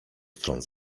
stron